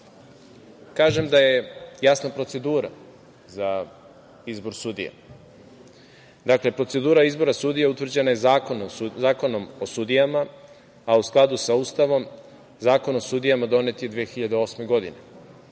kažem da je jasna procedura za izbor sudija. Dakle, procedura izbora sudija utvrđena je Zakonom o sudijama, a u skladu sa Ustavom, Zakonom o sudijama donet je 2008. godine.